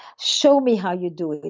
show me how you do it.